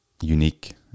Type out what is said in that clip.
unique